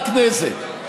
רק נזק.